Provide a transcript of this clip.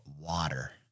water